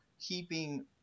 keeping